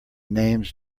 names